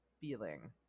feeling